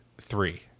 three